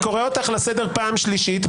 אני קורא אותך לסדר פעם שלישית.